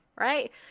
right